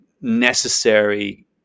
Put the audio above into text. necessary